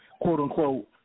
quote-unquote